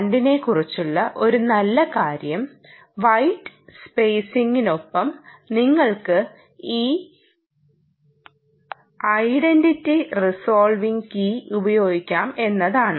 2 നെക്കുറിച്ചുള്ള ഒരു നല്ല കാര്യം വൈറ്റ് സ്പേസിംഗിനൊപ്പം നിങ്ങൾക്ക് ഈ ഐഡന്റിറ്റി റിസോൾവിംഗ് കീ ഉപയോഗിക്കാം എന്നതാണ്